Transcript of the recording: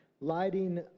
Lighting